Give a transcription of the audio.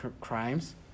crimes